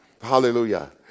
Hallelujah